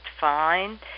fine